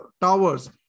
towers